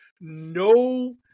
No